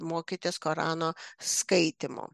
mokytis korano skaitymo